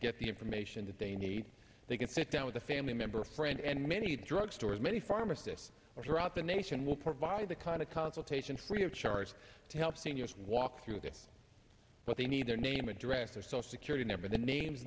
get the information that they need they can sit down with a family member or friend and many drugstores many pharmacists or throughout the nation will provide the kind of consultation free of charge to help seniors walk through that but they need their name address their social security number the names